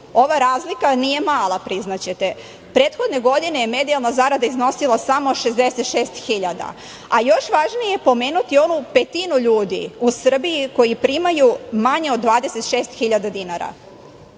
razlika nije mala, priznaćete, prethodne godine medijalna zarada je iznosila samo 66 hiljada, a još važnije je pomenuti onu petinu ljudi u Srbiji koji primaju manje od 26 hiljada